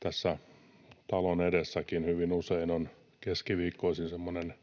Tässä talon edessäkin hyvin usein on keskiviikkoisin semmoinen